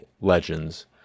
legends